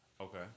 Okay